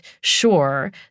sure